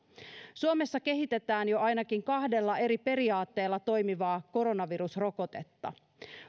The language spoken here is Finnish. suomessa kehitetään jo ainakin kahdella eri periaatteella toimivaa koronavirusrokotetta